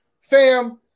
Fam